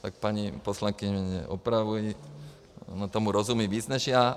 Tak paní poslankyně mě opravuje, ona tomu rozumí víc než já.